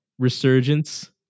resurgence